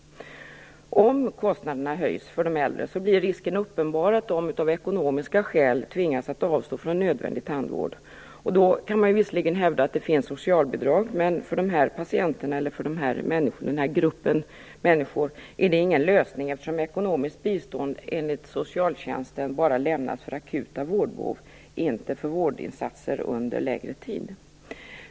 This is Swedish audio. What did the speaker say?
Om kostnaderna höjs för de äldre blir risken för att de av ekonomiska skäl tvingas att avstå från nödvändig tandvård uppenbar. Man kan visserligen hävda att det finns socialbidrag, men för den här gruppen människor är det ingen lösning eftersom ekonomiskt bistånd enligt socialtjänstlagen bara lämnas för akuta vårdbehov, inte för vårdinsatser under längre tid.